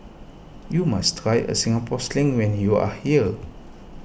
you must try a Singapore Sling when you are here